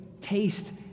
taste